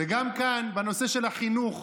וגם כאן, בנושא של החינוך.